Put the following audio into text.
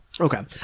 Okay